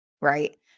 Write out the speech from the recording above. right